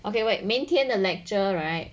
okay wait 明天的 lecture right